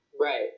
Right